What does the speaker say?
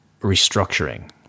restructuring